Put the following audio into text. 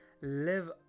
live